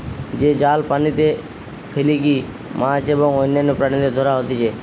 যে জাল পানিতে ফেলিকি মাছ এবং অন্যান্য প্রাণীদের ধরা হতিছে